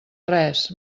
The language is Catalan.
res